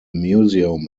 museum